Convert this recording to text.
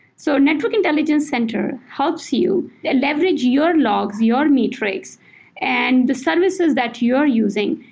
so network intelligence center helps you leverage your logs, your metrics and the services that you're using,